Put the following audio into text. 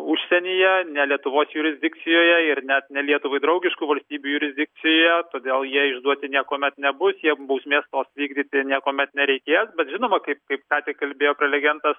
užsienyje ne lietuvos jurisdikcijoje ir net ne lietuvai draugiškų valstybių jurisdikcijoje todėl jie išduoti niekuomet nebus jiem bausmės tos vykdyti niekuomet nereikės bet žinoma kaip kaip ką tik kalbėjo prelegentas